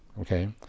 okay